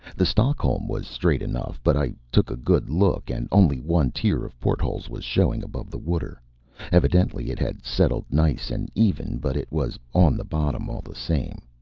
the stockholm was straight enough, but i took a good look, and only one tier of portholes was showing above the water evidently it had settled nice and even, but it was on the bottom all the same.